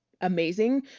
amazing